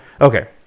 okay